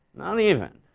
not even.